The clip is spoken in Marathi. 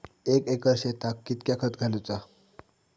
एक एकर शेताक कीतक्या खत घालूचा?